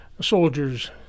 soldiers